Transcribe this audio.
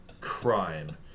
crime